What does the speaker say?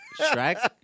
Shrek